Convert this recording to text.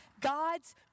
God's